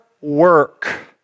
work